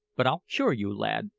but i'll cure you, lad,